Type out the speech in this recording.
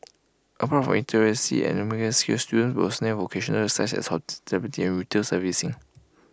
apart from literacy and numeracy skills students will also learn vocational skills such as hospitality and retail everything